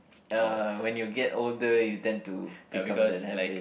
uh when you get older you tend to become the habit